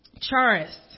Charis